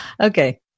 Okay